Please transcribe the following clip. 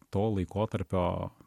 to laikotarpio